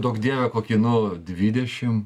duok dieve kokį nu dvidešim